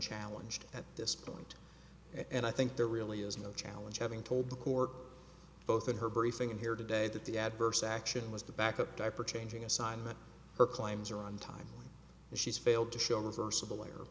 challenge at this point and i think there really is no challenge having told the court both in her briefing and here today that the adverse action was to back up diaper changing assignment her claims are on time and she's failed to show reversible